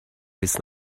bis